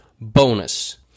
bonus